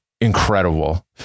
incredible